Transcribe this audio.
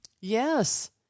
Yes